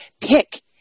pick